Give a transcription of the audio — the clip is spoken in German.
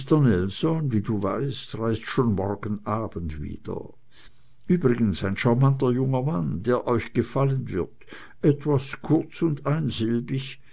wie du weißt reist schon morgen abend wieder übrigens ein charmanter junger mann der euch gefallen wird etwas kurz und einsilbig